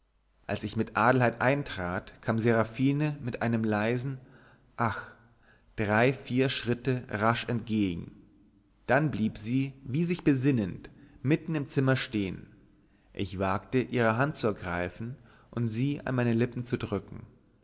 als ich mit adelheid eintrat kam seraphine mir mit einem leisen ach drei vier schritte rasch entgegen dann blieb sie wie sich besinnend mitten im zimmer stehen ich wagte ihre hand zu ergreifen und sie an meine lippen zu drücken